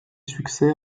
succès